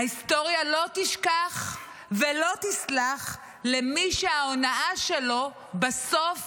ההיסטוריה לא תשכח ולא תסלח למי שההונאה שלו בסוף